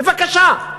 בבקשה,